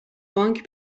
بانک